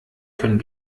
können